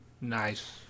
Nice